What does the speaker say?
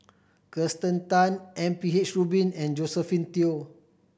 Kirsten Tan M P H Rubin and Josephine Teo